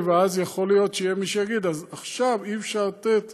ואז יכול להיות שיהיה מי שיגיד: אז עכשיו אי-אפשר לתת